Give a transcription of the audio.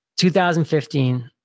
2015